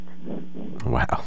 Wow